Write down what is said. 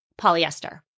polyester